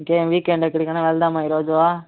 ఇంకా ఏమీ వీకెండ్ ఎక్కడికి అయిన వెళ్దామా ఈరోజు